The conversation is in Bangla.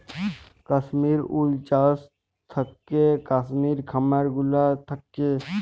কাশ্মির উল চাস থাকেক কাশ্মির খামার গুলা থাক্যে